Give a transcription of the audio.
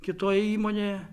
kitoje įmonėje